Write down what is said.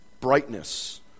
brightness